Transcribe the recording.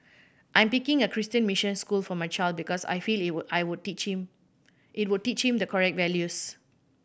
I'm picking a Christian mission school for my child because I feel it will I would teach him it will teach him the correct values